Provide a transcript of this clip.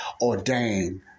ordained